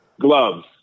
Gloves